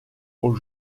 aux